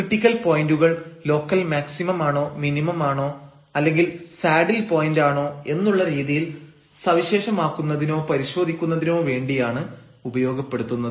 critical പോയന്റുകൾ local മിനിമമാണോ local മാക്സിമമാണോ അല്ലെങ്കിൽ സാഡിൽ പോയന്റാണോ എന്നുള്ള രീതിയിൽ സവിശേഷമാക്കുന്നതിനോ പരിശോധിക്കുന്നതിനോ വേണ്ടിയാണ് ഉപയോഗപ്പെടുത്തുന്നത്